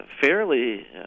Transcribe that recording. fairly